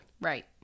Right